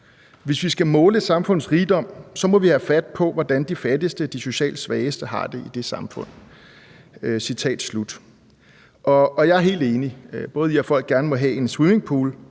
Hvis vi skal måle et samfunds rigdom, så må vi have fat på, hvordan de fattigste og de socialt svageste har det i det samfund. Citat slut. Jeg er helt enig, både i, at folk gerne må have en swimmingpool,